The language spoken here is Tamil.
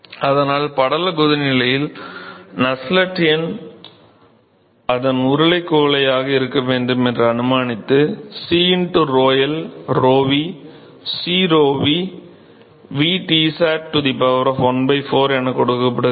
அதனால் படலக் கொதிநிலையில் நஸ்செல்ட் எண் அதன் உருளைக் குவளையாக இருக்க வேண்டும் என்று அனுமானித்து C 𝞺l 𝞺v C 𝞺v v Tsat ¼ என கொடுக்கப் படுகிறது